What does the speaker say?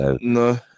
No